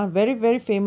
ah